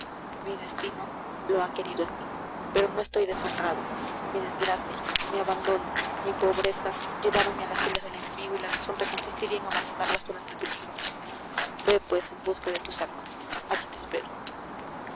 mi destino lo ha querido así pero no estoy deshonrado mi desgracia mi abandono mi pobreza lleváronme a las filas del enemigo y la deshonra consistiría en abandonarlas durante el peligro ve pues en busca de tus armas aquí te espero